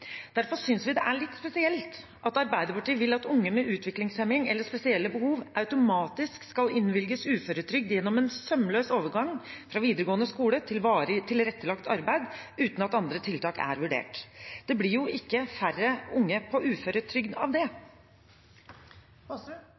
Derfor synes vi det er litt spesielt at Arbeiderpartiet vil at unge med utviklingshemning eller spesielle behov automatisk skal innvilges uføretrygd gjennom en sømløs overgang fra videregående skole til varig tilrettelagt arbeid uten at andre tiltak er vurdert. Det blir jo ikke færre unge på uføretrygd av det.